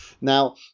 Now